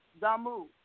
Damu